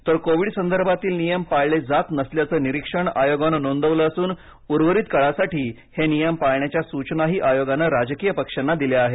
तर कोविड संदर्भातील नियम पाळले जात नसल्याचं निरीक्षण आयोगानं नोंदवलं असून उर्वरित काळासाठी हे नियम पाळण्याच्या सूचनाही आयोगाने राजकीय पक्षांना दिल्या आहेत